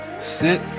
sit